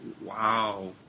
Wow